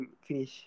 finish